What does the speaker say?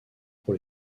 pour